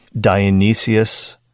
dionysius